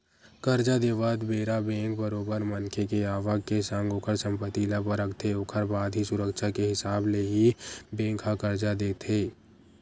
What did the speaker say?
करजा देवत बेरा बेंक बरोबर मनखे के आवक के संग ओखर संपत्ति ल परखथे ओखर बाद ही सुरक्छा के हिसाब ले ही बेंक ह करजा देथे